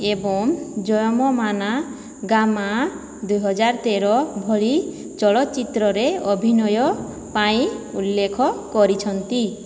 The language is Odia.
ଏବଂ ଜୟମମାନା ମାଗା ଦୁଇହଜାର ତେର ଭଳି ଚଳଚ୍ଚିତ୍ରରେ ଅଭିନୟ ପାଇଁ ଉଲ୍ଲେଖ କରିଛନ୍ତି